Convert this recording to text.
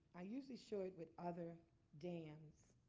i usually show it with other dams,